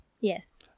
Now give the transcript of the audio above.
Yes